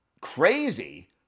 crazy